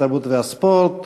התרבות והספורט.